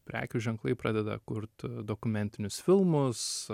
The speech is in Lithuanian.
prekių ženklai pradeda kurt dokumentinius filmus